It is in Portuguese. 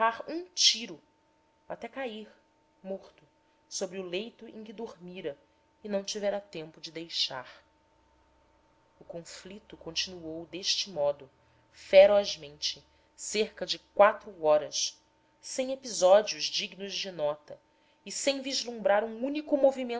um tiro até cair morto sobre o leito em que dormira e não tivera tempo de deixar o conflito continuou deste modo ferozmente cerca de quatro horas sem